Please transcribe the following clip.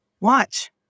watch